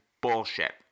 bullshit